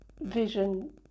vision